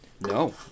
No